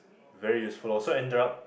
very useful ah so ended up